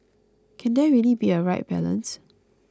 can there really be a right balance